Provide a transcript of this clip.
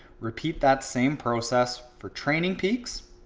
repeat that same process for training peaks.